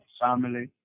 family